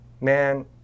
man